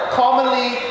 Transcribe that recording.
commonly